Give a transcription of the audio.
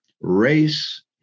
race